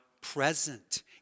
present